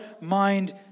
mind